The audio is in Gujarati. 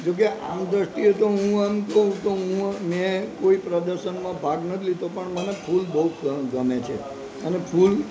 જોકે આમ દ્રષ્ટિએ તો હું તો મે તો કોઈ પ્રદર્શનમાં ભાગ નથી લીધો પણ મને ફુલ બહુ જ ગમે છે અને ફૂલ